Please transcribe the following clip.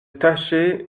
tâcher